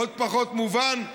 עוד פחות מובן,